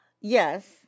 yes